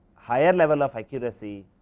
higher level of accuracy,